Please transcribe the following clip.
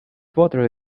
water